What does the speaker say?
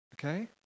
okay